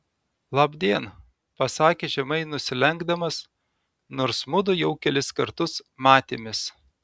labdien pasakė žemai nusilenkdamas nors mudu jau kelis kartus matėmės